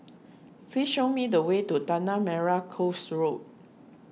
please show me the way to Tanah Merah Coast Road